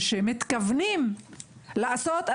כשמתכוונים לעשות,